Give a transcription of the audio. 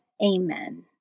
Amen